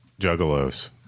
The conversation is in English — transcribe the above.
juggalos